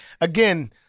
Again